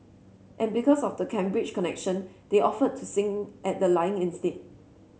and because of the Cambridge connection they offered to sing at the lying in state